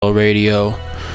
Radio